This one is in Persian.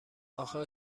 آخه